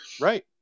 Right